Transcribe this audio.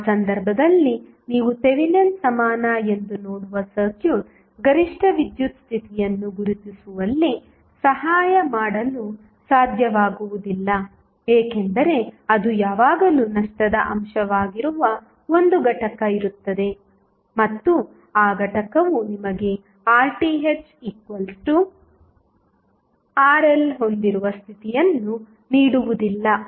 ಆ ಸಂದರ್ಭದಲ್ಲಿ ನೀವು ಥೆವೆನಿನ್ ಸಮಾನ ಎಂದು ನೋಡುವ ಸರ್ಕ್ಯೂಟ್ ಗರಿಷ್ಠ ವಿದ್ಯುತ್ ಸ್ಥಿತಿಯನ್ನು ಗುರುತಿಸುವಲ್ಲಿ ಸಹಾಯ ಮಾಡಲು ಸಾಧ್ಯವಾಗುವುದಿಲ್ಲ ಏಕೆಂದರೆ ಅದು ಯಾವಾಗಲೂ ನಷ್ಟದ ಅಂಶವಾಗಿರುವ ಒಂದು ಘಟಕ ಇರುತ್ತದೆ ಮತ್ತು ಆ ಘಟಕವು ನಿಮಗೆ RThRL ಹೊಂದಿರುವ ಸ್ಥಿತಿಯನ್ನು ನೀಡುವುದಿಲ್ಲ